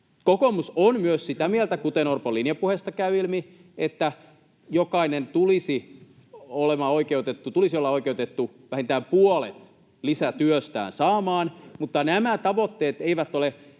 Kokoomus on myös sitä mieltä, kuten Orpon linjapuheesta käy ilmi, että jokaisen tulisi olla oikeutettu vähintään puolet lisätyöstään saamaan, mutta nämä tavoitteet eivät ole